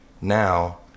Now